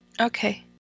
Okay